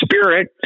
Spirit